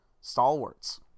stalwarts